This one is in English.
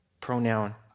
pronoun